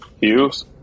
Hughes